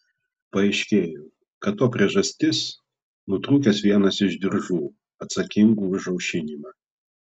paaiškėjo kad to priežastis nutrūkęs vienas iš diržų atsakingų už aušinimą